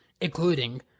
including